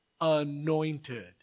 anointed